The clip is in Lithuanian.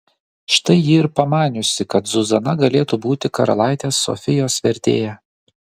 štai ji ir pamaniusi kad zuzana galėtų būti karalaitės sofijos vertėja